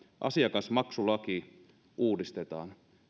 asiakasmaksulaki uudistetaan